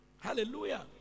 Hallelujah